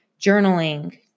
journaling